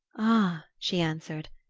ah, she answered,